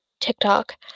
TikTok